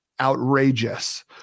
outrageous